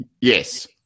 Yes